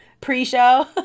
pre-show